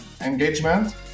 engagement